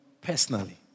personally